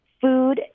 food